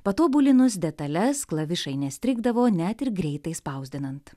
patobulinus detales klavišai nestrigdavo net ir greitai spausdinant